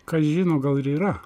kas žino gal ir yra